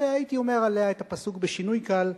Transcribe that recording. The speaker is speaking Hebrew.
והייתי אומר עליה את הפסוק בשינוי קל: